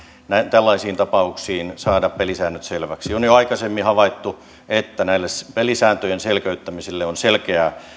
tällaisiin tapauksiin saada pelisäännöt selväksi on jo aikaisemmin havaittu että näille pelisääntöjen selkeyttämisille on selkeää